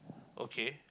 okay